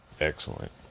excellent